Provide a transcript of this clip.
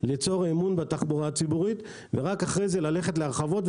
ליצור אמון בתחבורה ציבורית ורק אחרי זה ללכת להרחבות,